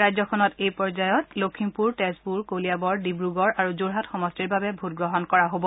ৰাজ্যখনত এই পৰ্যায়ত লখিমপুৰ তেজপুৰ কলিয়াবৰ ডিব্ৰগড় আৰু যোৰহাট সমষ্টিৰ বাবে ভোটগ্ৰহণ কৰা হব